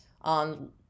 on